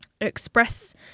express